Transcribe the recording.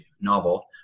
novel